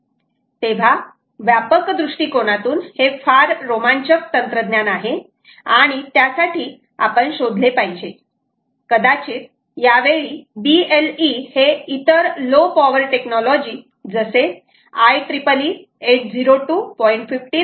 तेव्हा व्यापक दृष्टिकोनातून हे फार रोमांचक तंत्रज्ञान आहे आणि त्यासाठी आपण शोधले पाहिजे कदाचित यावेळी BLE हे इतर लो पॉवर टेक्नॉलॉजी जसे IEEE 802